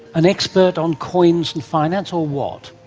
an expert on coins and finance, or what?